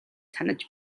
санаж